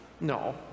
No